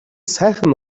сайхан